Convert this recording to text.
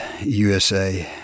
USA